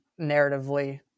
narratively